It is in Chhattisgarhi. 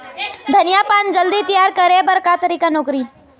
धनिया पान जल्दी तियार करे बर का तरीका नोकरी?